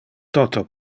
toto